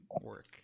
work